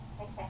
Okay